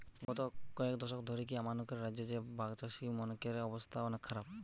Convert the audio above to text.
গত কয়েক দশক ধরিকি আমানকের রাজ্য রে ভাগচাষীমনকের অবস্থা অনেক খারাপ